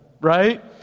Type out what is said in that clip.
right